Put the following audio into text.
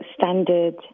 standard